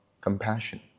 compassion